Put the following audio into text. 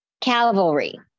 cavalry